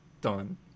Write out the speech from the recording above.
done